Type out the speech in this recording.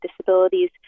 disabilities